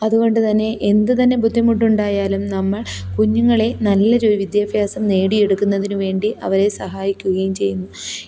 അതുകൊണ്ടുതന്നെ എന്ത് തന്നെ ബുദ്ധിമുട്ടുണ്ടായാലും നമ്മള് കുഞ്ഞുങ്ങളെ നല്ലൊരു വിദ്യാഭ്യാസം നേടിയെടുക്കുന്നതിന് വേണ്ടി അവരെ സഹായിക്കുകയും ചെയ്യുന്നു